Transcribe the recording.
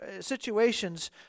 Situations